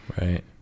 Right